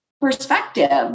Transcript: perspective